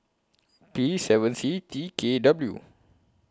P seven C T K W